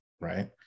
right